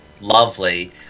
lovely